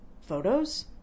Photos